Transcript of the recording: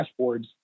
dashboards